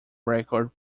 record